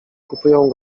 kupują